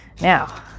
Now